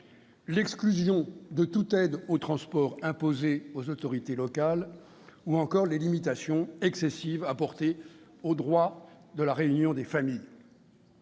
l'exclusion de toute aide au transport imposée aux autorités locales ; ou encore la limitation excessive du droit de la réunion des familles.